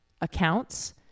accounts